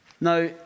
Now